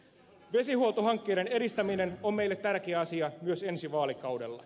vesihuoltohankkeiden edistäminen on meille tärkeä asia myös ensi vaalikaudella